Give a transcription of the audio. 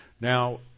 Now